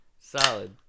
Solid